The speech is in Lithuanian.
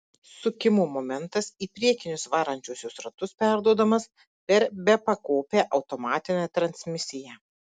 sukimo momentas į priekinius varančiuosius ratus perduodamas per bepakopę automatinę transmisiją